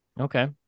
Okay